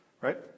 Right